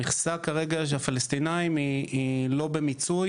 המכסה של הפלסטינים הוא כרגע לא במיצוי,